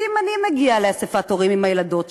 כי אני מגיעה לאספת הורים עם הילדות שלי,